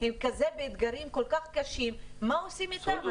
הם באתגרים כל כך קשים והשאלה מה עושים אתם,